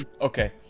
Okay